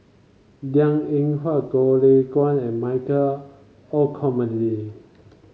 Liang Eng Hwa Goh Lay Kuan and Michael Olcomendy